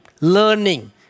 learning